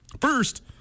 First